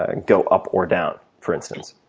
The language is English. ah and go up or down for instance.